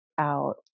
out